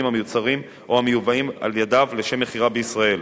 המיוצרים או המיובאים על-ידיו לשם מכירה בישראל,